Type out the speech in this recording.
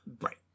Right